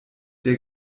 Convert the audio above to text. der